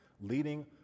leading